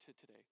today